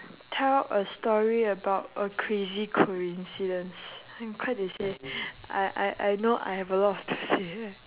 tell a story about a crazy coincidence you 快点：kuai dian say I I I know I have a lot to say